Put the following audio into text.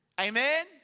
Amen